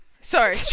Sorry